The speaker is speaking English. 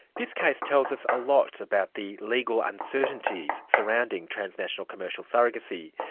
this case tells us a lot about the legal uncertainties surrounding transnational commercial surrogacy.